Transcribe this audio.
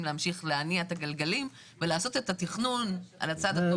להמשיך להניע את הגלגלים ולעשות את התכנון על הצד הטוב ביותר.